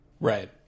Right